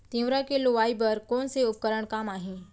तिंवरा के लुआई बर कोन से उपकरण काम आही?